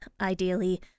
ideally